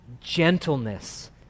gentleness